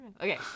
okay